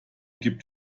gibt